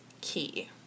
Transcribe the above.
key